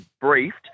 briefed